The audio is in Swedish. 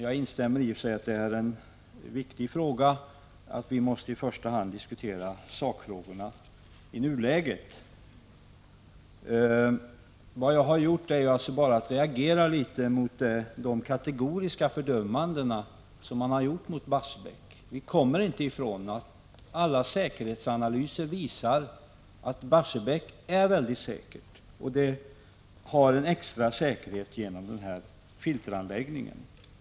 Jag instämmer i och för sig med honom om att det är viktigt och att vi i nuläget i första hand måste diskutera sakfrågorna. Jag har alltså bara reagerat litet mot de kategoriska fördömanden som man har gjort mot Barsebäck. Vi kommer inte ifrån att Barsebäck är mycket säkert — det visar alla säkerhetsanalyser. Verket har också en extra säkerhet genom filteranläggningen. Den svartmål — Prot.